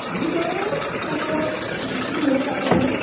আমি চলে যাব টোটো বা কিছু ধরে অটো ধরে